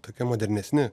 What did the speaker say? tokie modernesni